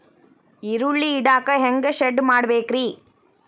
ಈರುಳ್ಳಿ ಇಡಾಕ ಹ್ಯಾಂಗ ಶೆಡ್ ಮಾಡಬೇಕ್ರೇ?